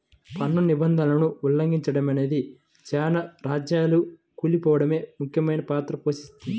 పన్ను నిబంధనలను ఉల్లంఘిచడమనేదే చాలా రాజ్యాలు కూలిపోడంలో ముఖ్యమైన పాత్ర పోషించింది